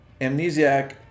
Amnesiac